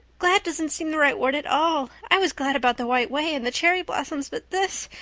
glad doesn't seem the right word at all. i was glad about the white way and the cherry blossoms but this!